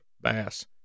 bass